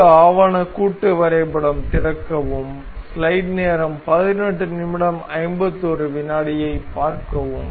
புதிய ஆவண கூட்டு வரைபடம் திறக்கவும்